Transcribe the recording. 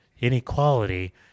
inequality